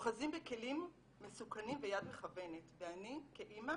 אוחזים בכלים מסוכנים ויד מכוונת, ואני כאימא